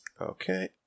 Okay